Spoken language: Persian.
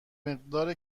مقدار